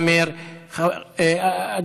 תודה רבה.